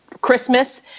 Christmas